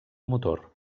motor